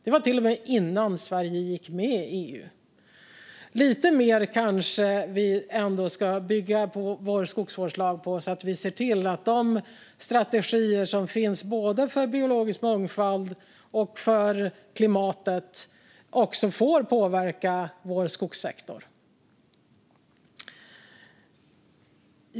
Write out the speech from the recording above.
Det var till och med innan Sverige gick med i EU. Lite mer kanske vi ändå ska bygga vår skogsvårdslag på så att vi ser till att de strategier som finns både för biologisk mångfald och för klimatet får påverka vår skogssektor.